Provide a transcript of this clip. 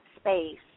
space